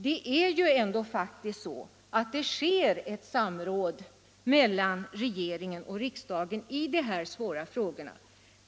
Det sker ju ändå ett samråd mellan regeringen och riksdagen i dessa svåra frågor.